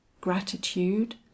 gratitude